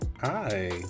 Hi